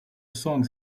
songs